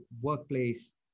workplace